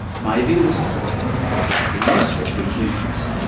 maybe it was doing something useful for humans,